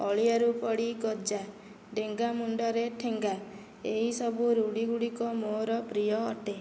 ଅଳିଆରୁ ପଡ଼ି ଗଜା ଡେଙ୍ଗା ମୁଣ୍ଡରେ ଠେଙ୍ଗା ଏହିସବୁ ରୁଢ଼ି ଗୁଡ଼ିକ ମୋର ପ୍ରିୟ ଅଟେ